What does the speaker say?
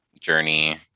journey